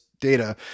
data